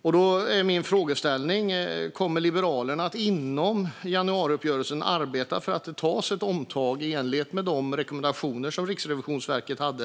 Min fråga är om Liberalerna kommer att arbeta inom januariuppgörelsen för att det ska tas ett omtag i enlighet med de rekommendationer som Riksrevisionen hade.